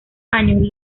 años